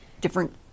different